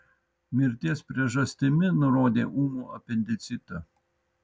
mirties priežastimi nurodė ūmų apendicitą